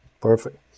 Perfect